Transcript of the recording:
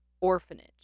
Orphanage